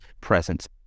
presence